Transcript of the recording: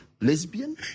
lesbian